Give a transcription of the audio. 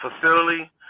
facility